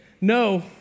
no